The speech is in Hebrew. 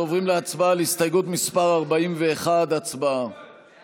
אנחנו עוברים להצבעה על הסתייגות מס' 40. ההסתייגות (40) של קבוצת